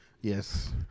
Yes